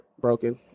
broken